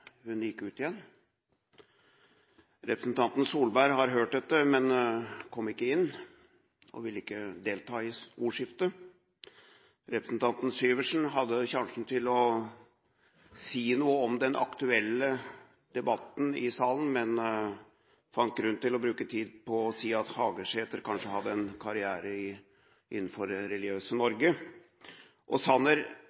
hun gikk ut igjen – representanten Solberg har hørt dette, men hun kom ikke inn og ville ikke delta i ordskiftet, representanten Syversen hadde sjansen i salen til å si noe om den aktuelle debatten, men fant grunn til å bruke tid på å si at Hagesæter kanskje kunne ha en karriere innenfor det religiøse